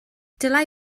dylai